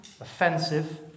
offensive